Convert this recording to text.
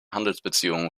handelsbeziehungen